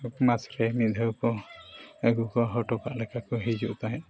ᱢᱤᱫ ᱫᱷᱟᱹᱣ ᱠᱚ ᱟᱹᱜᱩ ᱠᱚ ᱦᱚᱴᱚ ᱠᱟᱜ ᱞᱮᱠᱟ ᱠᱚ ᱦᱤᱡᱩᱜ ᱛᱟᱦᱮᱸᱫ